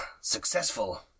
successful